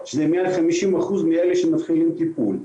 זה מעל 50% מאלה שמתחילים טיפול.